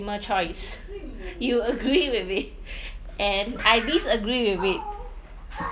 choice do you agree with it and I disagree with it